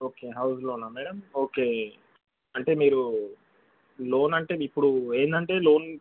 okay house లోనా madam okay అంటే మీరు లోన్ అంటే ఇప్పుడు ఏంటంటే లోన్